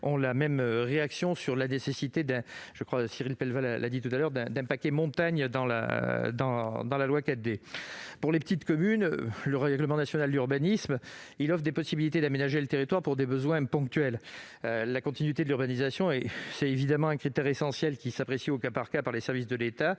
montagne »- je reprends là ce qu'a dit Cyril Pellevat -dans la loi 4D. Pour les petites communes, le règlement national d'urbanisme offre des possibilités d'aménager le territoire pour des besoins ponctuels. La continuité de l'urbanisation constitue évidemment un critère essentiel, apprécié, au cas par cas, par les services de l'État.